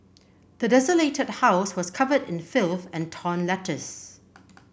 the desolated house was covered in filth and torn letters